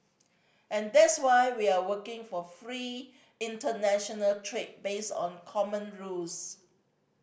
and that's why we are working for free international trade based on common rules